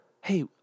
Hey